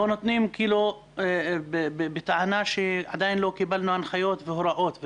לא נותנים כאילו בטענה שעדיין לא קיבלו הנחיות והוראות.